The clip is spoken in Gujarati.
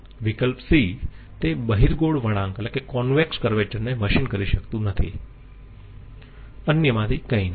વિકલ્પ c તે બહિર્ગોળ વળાંક ને મશીન કરી શકતું નથી અન્યમાંથી કંઈ નહીં